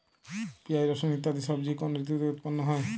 পিঁয়াজ রসুন ইত্যাদি সবজি কোন ঋতুতে উৎপন্ন হয়?